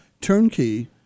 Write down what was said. turnkey